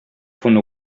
von